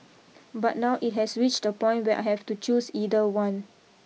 but now it has reached a point where I have to choose either one